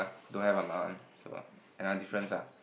do have by my own so another difference lah